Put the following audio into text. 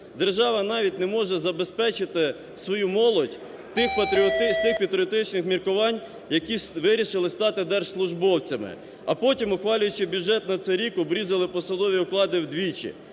Держава навіть не може забезпечити свою молодь, з тих патріотичних міркувань які вирішили стати держслужбовцями. А потім, ухвалюючи бюджет на цей рік, обрізали посадові оклади вдвічі.